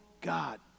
God